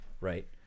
Right